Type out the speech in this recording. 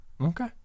Okay